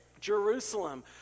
Jerusalem